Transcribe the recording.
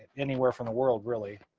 anywhere from the world, really.